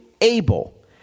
able